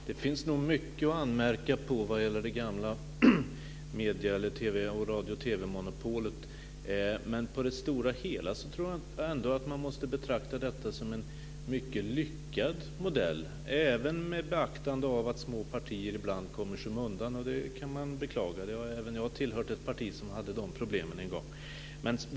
Fru talman! Det finns nog mycket att anmärka på vad gäller det gamla radio och TV-monopolet. Men på det stora hela tror jag ändå att man måste betrakta detta som en mycket lyckad modell, även med beaktande av att små partier ibland kom i skymundan. Det kan man beklaga - även jag tillhör ett parti som en gång hade de problemen.